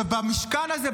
במשכן הזה,